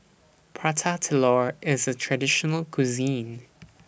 Prata Telur IS A Traditional Cuisine